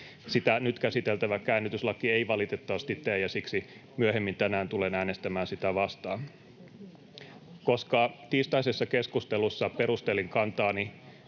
Sitä nyt käsiteltävä käännytyslaki ei valitettavasti tee, ja siksi myöhemmin tänään tulen äänestämään sitä vastaan. Koska tiistaisessa keskustelussa perustelin kantaani